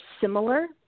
similar